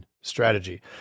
strategy